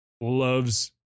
loves